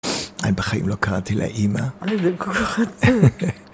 אני בחיים לא קראתי לאימא. אני מבין כל אחד.